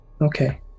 Okay